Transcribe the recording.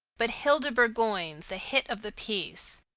but hilda burgoyne's the hit of the piece.